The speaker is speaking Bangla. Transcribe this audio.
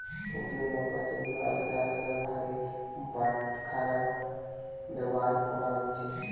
ওজন মাপার জন্যে আলদা আলদা ভারের বাটখারা ব্যাভার কোরা হচ্ছে